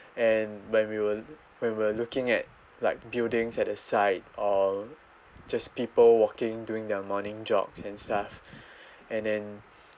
and when we were when we were looking at like buildings at the side or just people walking doing their morning jogs and stuff and then